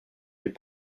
les